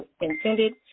intended